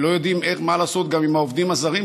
מאחר שגם לא יודעים מה לעשות עם העובדים הזרים,